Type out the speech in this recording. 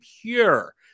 pure